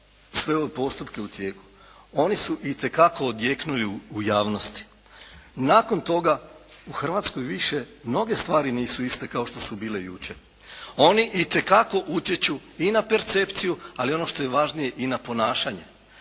sve ove postupke u tijeku oni su, itekako odjekuju u javnosti. Nakon toga u Hrvatskoj više mnoge stvari nisu iste kao što su bile jučer. Oni itekako utječu i na percepciju ali ono što je važnije i na ponašanje.